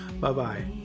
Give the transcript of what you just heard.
Bye-bye